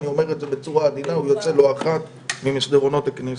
אני אומר את זה בצורה עדינה הוא יוצא לא אחת ממסדרונות הכנסת.